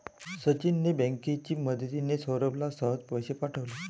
सचिनने बँकेची मदतिने, सौरभला सहज पैसे पाठवले